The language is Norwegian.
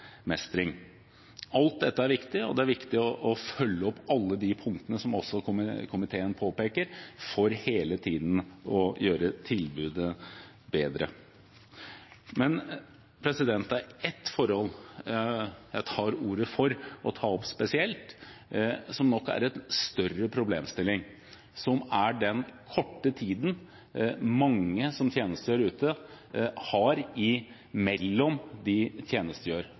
Alt dette er viktig, og det er viktig å følge opp alle de punktene som komiteen påpeker, for hele tiden å gjøre tilbudet bedre. Det er ett forhold jeg tar ordet for å ta opp spesielt, og som er en større problemstilling: Det er den korte tiden mange som tjenestegjør ute, har mellom tjenesteperiodene, for det er særlig, som vi har sett i